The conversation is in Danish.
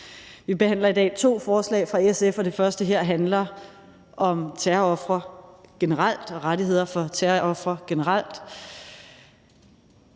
Vi behandler i dag to forslag fra SF, og det første her handler om terrorofre generelt og rettigheder for terrorofre generelt,